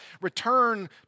Return